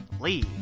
Lee